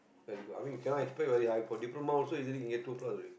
very good ah I mean you cannot expect very high for diploma also can get two plus already